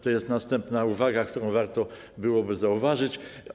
To jest następna uwaga, którą warto by było zauważyć.